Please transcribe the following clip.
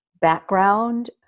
background